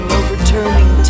overturning